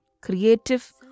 creative